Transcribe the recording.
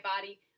body